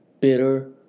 bitter